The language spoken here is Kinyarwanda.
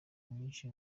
nyinshi